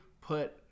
put